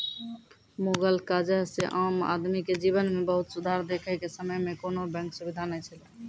मुगल काजह से आम आदमी के जिवन मे बहुत सुधार देखे के समय मे कोनो बेंक सुबिधा नै छैले